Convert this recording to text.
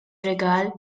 rigal